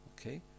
okay